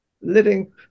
living